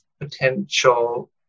potential